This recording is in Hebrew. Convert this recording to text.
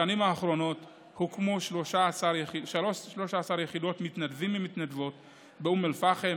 בשנים האחרונות הוקמו 13 יחידות מתנדבים ומתנדבות באום אל-פחם,